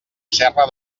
serra